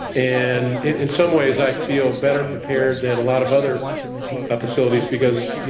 and in some ways, i feel better prepared than a lot of other ah facilities because, you